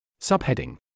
Subheading